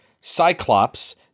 Cyclops